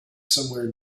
somewhere